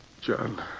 John